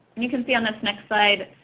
you can see on this next slide,